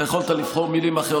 יכולת לבחור מילים אחרות.